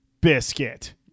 Biscuit